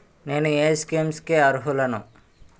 నేను ఏ స్కీమ్స్ కి అరుహులను?